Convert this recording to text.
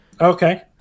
Okay